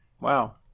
Wow